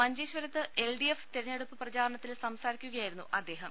മഞ്ചേശ്വരത്ത് എൽഡിഎഫ് തെരഞ്ഞെടുപ്പ് പ്രചാരണത്തിൽ സംസാരിക്കുകയായിരുന്നു അദ്ദേഹം